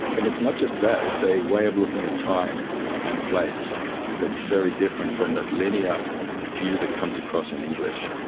and it's not just that, it's a way of looking at time and place that's very different from that linear view that comes across in english.